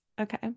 Okay